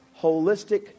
holistic